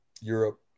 Europe